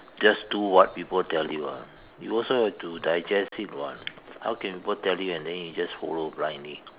just do what people tell ah you also have to digest it [what] how can people tell you and then you just follow blindly